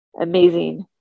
amazing